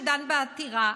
שדן בעתירה,